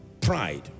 Pride